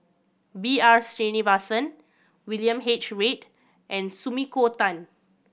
B R Sreenivasan William H Read and Sumiko Tan